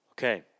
Okay